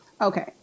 Okay